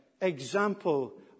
example